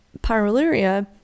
pyroluria